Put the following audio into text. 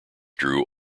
drew